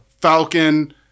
Falcon